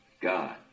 God